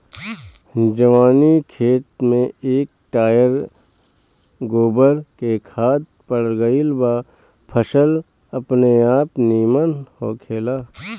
जवनी खेत में एक टायर गोबर के खाद पड़ गईल बा फसल अपनेआप निमन होखेला